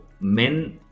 men